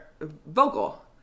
vocal